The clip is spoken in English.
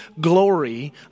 glory